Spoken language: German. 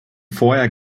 vorher